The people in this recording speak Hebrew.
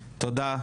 תודה,